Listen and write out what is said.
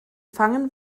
fangen